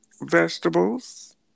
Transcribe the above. vegetables